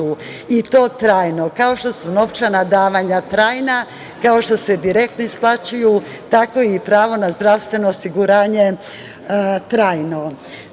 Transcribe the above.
i to trajno. Kao što su novčana davanja trajna, kao što se direktno isplaćuju, tako je i pravo na zdravstveno osiguranje trajno.